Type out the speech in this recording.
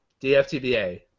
DFTBA